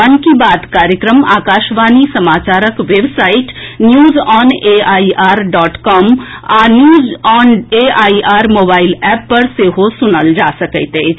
मन की बात कार्यक्रम आकाशवाणी समाचारक वेबसाईट न्यूजऑनएआईआर डॉट कॉम आ यूजऑनएआईआर मोबाईल एप पर सेहो सुनल जा सकैत अछि